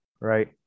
Right